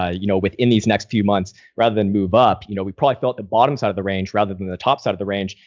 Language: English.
ah you know, within these next few months rather than move up. you know, we probably felt the bottoms out of the range rather than the top side of the range.